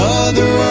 Mother